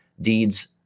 Deeds